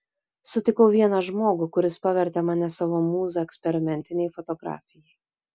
sutikau vieną žmogų kuris pavertė mane savo mūza eksperimentinei fotografijai